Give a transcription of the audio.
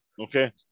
Okay